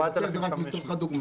אני רוצה את זה רק לצורך הדוגמה.